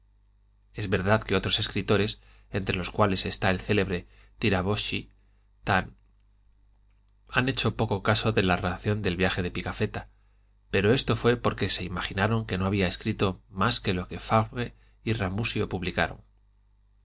es verdad que otros escritores entre los cuales está el célebre tiraboschi han hecho poco caso de la relación del viaje de pigafetta pero esto fué porque se imaginaron que no había escrito mas que lo que fabre y ramusio publicaron